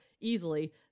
easily